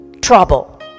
trouble